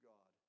God